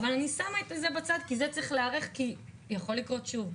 אני שמה את זה בצד כי צריך להיערך לזה כי זה יכול לקרות שוב.